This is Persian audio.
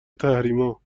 تحریما